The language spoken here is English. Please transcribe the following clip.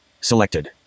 Selected